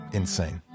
insane